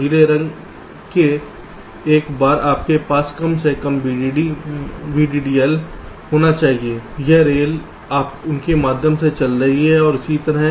नीले रंग के एक बार उनके पास कम से कम एक VDDL होना चाहिए यह रेल उनके माध्यम से चल रही है और इसी तरह